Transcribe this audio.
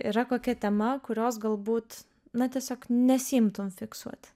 yra kokia tema kurios galbūt na tiesiog nesiimtum fiksuot